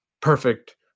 perfect